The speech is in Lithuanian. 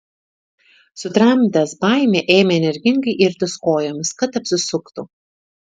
sutramdęs baimę ėmė energingai irtis kojomis kad apsisuktų